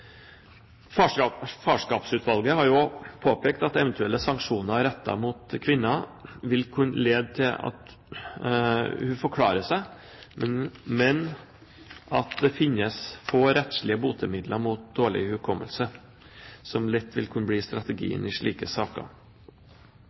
Farskap og annen morskap, Karl Harald Søvigs utredning, der han sier: «Eventuelle sanksjoner rettet mot kvinner – enten sivil- eller strafferettslige – vil kunne lede til at hun forklarer seg, men det finnes få rettslige botemidler mot dårlig hukommelse, som lett vil kunne bli